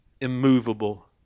immovable